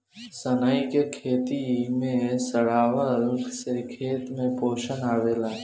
सनई के खेते में सरावला से खेत में पोषण आवेला